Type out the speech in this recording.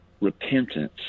repentance